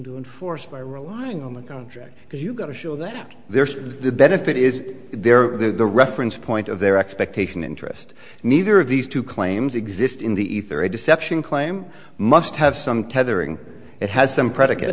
to enforce by relying on the contract because you've got to show that there's the benefit is there or the reference point of their expectation interest neither of these two claims exist in the ether a deception claim must have some tethering it has some predi